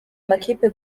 amakipe